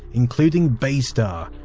including baystar.